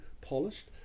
polished